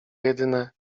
jedyne